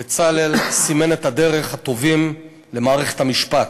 בצלאל סימן את הדרך "הטובים למערכת המשפט"